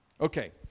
Okay